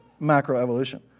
macroevolution